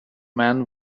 man